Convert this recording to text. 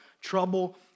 trouble